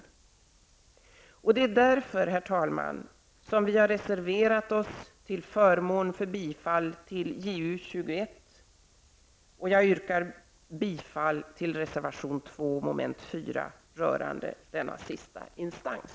Det är av den anledningen, herr talman, som vi reserverat oss till förmån för motion Ju21. Jag yrkar också bifall till reservation 2 mom. 4, som gäller frågan om sista instans.